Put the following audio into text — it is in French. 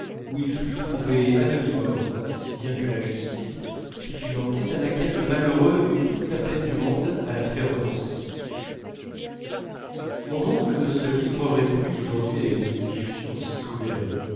où il fut trouvé à demi mort si bien que la justice fit une enquête à laquelle le malheureux eut toute la peine du monde à la faire renoncer mon oncle ne se livrerait plus aujourd'hui à une exécution aussi cruelle